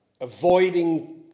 avoiding